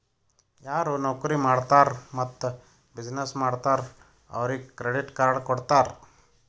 ಯಾರು ನೌಕರಿ ಮಾಡ್ತಾರ್ ಮತ್ತ ಬಿಸಿನ್ನೆಸ್ ಮಾಡ್ತಾರ್ ಅವ್ರಿಗ ಕ್ರೆಡಿಟ್ ಕಾರ್ಡ್ ಕೊಡ್ತಾರ್